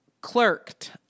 clerked